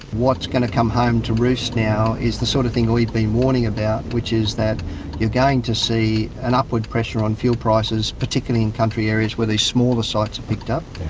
what's going to come home to roost now is the sort of thing we've been warning about which is that you're going to see an upward pressure on fuel prices, particularly in country areas where these smaller sites have and picked up.